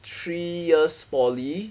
three years poly